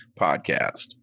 podcast